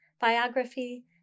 biography